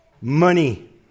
money